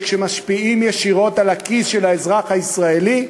שמשפיעים ישירות על הכיס של האזרח הישראלי,